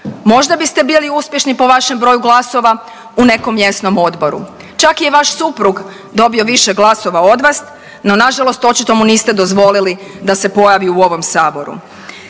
Možda biste bili uspješni po vašem broju glasova u nekom mjesnom odboru, čak je i vaš suprug dobio više glasova od vas, no nažalost očito mu niste dozvoli da se pojavi u ovom saboru.